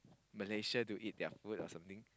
Malay sia to eat their food or something